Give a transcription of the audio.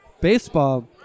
baseball